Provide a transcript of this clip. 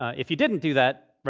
if you didn't do that,